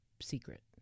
secret